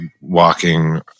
walking